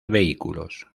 vehículos